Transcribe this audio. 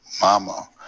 Mama